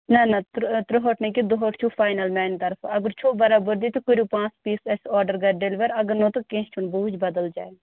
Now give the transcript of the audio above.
نہَ نہَ تٕرٛہ تٕرٛہٲٹھ نہٕ کیٚنٛہہ دُہٲٹھ چھُو فاینَل میٛانہِ طرفہٕ اَگر چھَو بَرابَری تہٕ کٔرِو پانٛژھ پیٖس اَسہِ آرڈَر گَرِ ڈٮ۪لِوَر اَگر نہٕ تہٕ کیٚنٛہہ چھُنہٕ بہٕ وُچھٕ بَدَل جایہِ